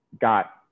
got